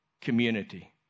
community